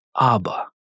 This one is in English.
Abba